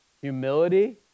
Humility